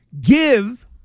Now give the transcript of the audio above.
give